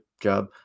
job